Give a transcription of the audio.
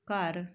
ਘਰ